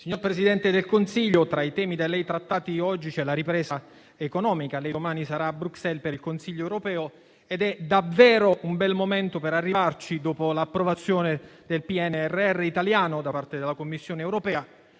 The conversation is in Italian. signor Presidente del Consiglio, tra i temi da lei trattati oggi c'è la ripresa economica. Lei domani sarà a Bruxelles per il Consiglio europeo ed è davvero un bel momento per arrivarci, dopo l'approvazione del PNRR italiano da parte della Commissione europea,